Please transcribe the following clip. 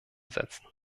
setzen